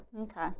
Okay